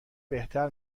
بهتر